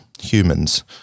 humans